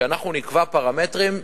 שאנחנו נקבע פרמטרים שוויוניים,